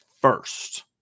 first